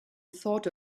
thought